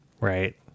Right